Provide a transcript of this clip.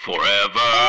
Forever